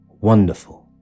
Wonderful